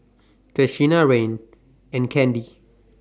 Tashina Rayne and Kandy